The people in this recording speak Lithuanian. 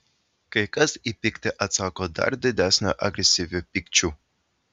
kai kas į pyktį atsako dar didesniu agresyviu pykčiu